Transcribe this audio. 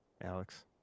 Alex